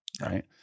right